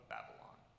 Babylon